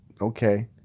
okay